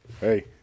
Hey